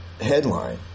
headline